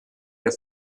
der